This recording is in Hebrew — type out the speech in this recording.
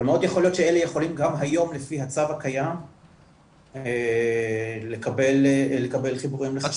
אבל יכול מאוד להיות שהם יכולים היום לפי הצו הקיים לקבל חיבורים לחשמל.